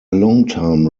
longtime